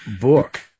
book